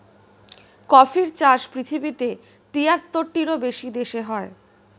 কফির চাষ পৃথিবীতে তিয়াত্তরটিরও বেশি দেশে হয়